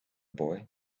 boy